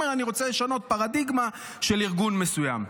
אני רוצה לשנות פרדיגמה של ארגון מסוים.